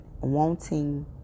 wanting